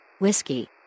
Whiskey